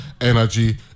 energy